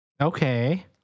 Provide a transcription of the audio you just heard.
Okay